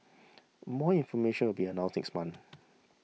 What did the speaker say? more information will be announced next month